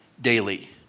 daily